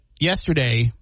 yesterday